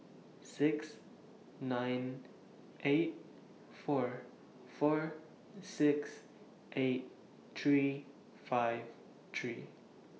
six nine eight four four six eight three five three